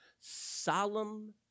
solemn